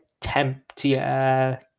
temptier